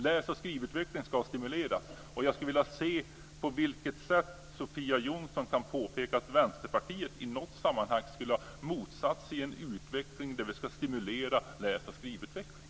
Läs och skrivutveckling ska stimuleras, och jag skulle vilja höra om Sofia Jonsson kan peka på att Vänsterpartiet i något sammanhang skulle ha motsatt sig stimulans av läsoch skrivutveckling.